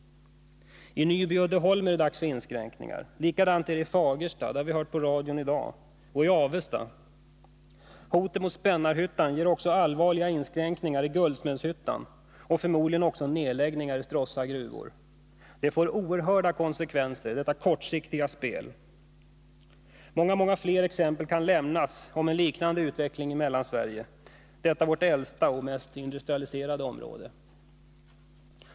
I Nyby-Uddeholms-koncernen är det dags för inskränkningar. Likadant är det i Fagersta — det har vi fått höra på radion i dag — och i Avesta. Hotet mot Spännarhyttan ger också allvarliga inskränkningar i Guldsmedshyttan och förmodligen också nedläggningar i Stråssa gruvor. Detta kortsiktiga spel får oerhörda konsekvenser. Många fler exempel kan lämnas om en liknande utveckling i Mellansverige, detta vårt äldsta och mest industrialiserade gruvområde.